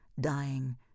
dying